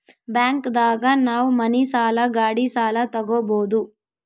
bank ದಾಗ ನಾವ್ ಮನಿ ಸಾಲ ಗಾಡಿ ಸಾಲ ತಗೊಬೋದು